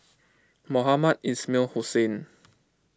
Mohamed Ismail Hussain